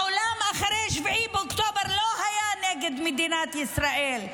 העולם אחרי 7 באוקטובר לא היה נגד מדינת ישראל,